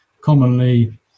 commonly